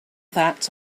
that